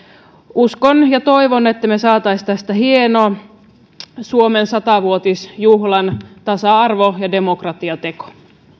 uskon ja toivon että me saisimme tästä hienon suomen sata vuotisjuhlan tasa arvo ja demokratiateon